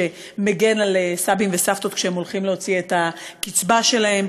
שמגן על סבים וסבתות כשהם הולכים להוציא את הקצבה שלהם,